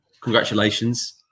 congratulations